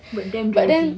but damn draggy